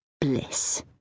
Bliss